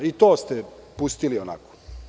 I to ste pustili onako.